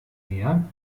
mehr